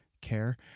care